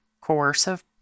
coercive